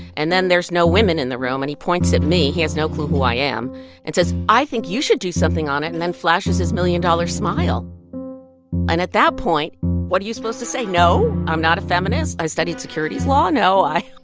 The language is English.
and then there's no women in the room, and he points at me he has no clue who i am and says, i think you should do something on it and then flashes his million-dollar smile and at that point, what are you supposed to say no, i'm not a feminist, i studied securities law? no, i